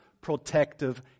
protective